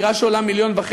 דירה שעולה 1.5,